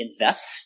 invest